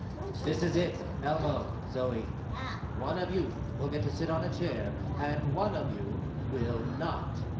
this is it, elmo, zoe. yeah. one of you will get to sit on a chair and one of you will not